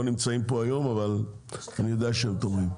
נמצאים פה היום אבל אני יודע שהם תומכים,